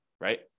right